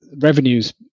revenues